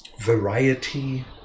variety